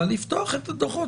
לפתוח את הדוחות.